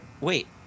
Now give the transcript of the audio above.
Wait